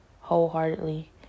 wholeheartedly